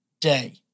day